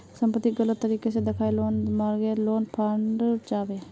संपत्तिक गलत तरीके से दखाएँ लोन लेना मर्गागे लोन फ्रॉड मनाल जाबे